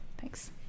Thanks